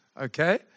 Okay